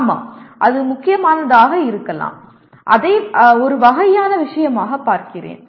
ஆமாம் அது முக்கியமானதாக இருக்கலாம் அதை ஒரு வகையான விஷயமாகப் பார்க்கிறேன்